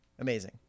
amazing